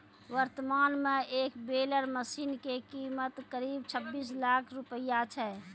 वर्तमान मॅ एक बेलर मशीन के कीमत करीब छब्बीस लाख रूपया छै